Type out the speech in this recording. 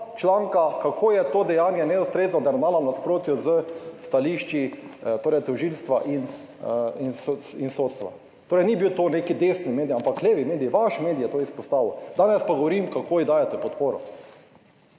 članka, kako je to dejanje neustrezno ravnalo v nasprotju s stališči, torej tožilstva in sodstva. Torej, ni bil to nek desni medij, ampak levi medij, vaš medij je to izpostavil. Danes pa govorim, kako ji dajete podporo